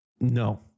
No